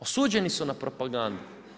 Osuđeni su na propagandu.